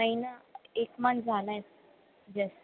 नाही ना एक मंथ झाला आहे जस्ट